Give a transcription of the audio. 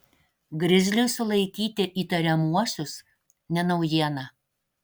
grizliui sulaikyti įtariamuosius ne naujiena